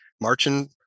marching